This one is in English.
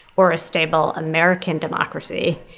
or a stable american democracy,